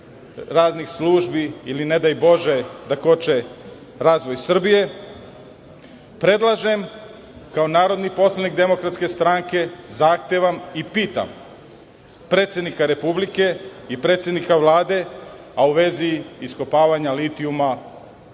raznih službi ili, ne daj bože, da koče razvoj Srbije, predlažem kao narodni poslanik Demokratske stranke, zahtevam i pitam predsednika Republike i predsednika Vlade, a u vezi iskopavanja litijuma